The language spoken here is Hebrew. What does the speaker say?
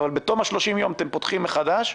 אבל בתום ה-30 יום אתם פותחים מחדש,